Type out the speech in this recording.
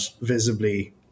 visibly